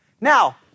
Now